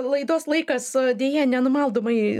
laidos laikas deja nenumaldomai